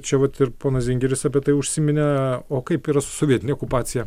čia vat ir ponas zingeris apie tai užsiminė o kaip yra su sovietine okupacija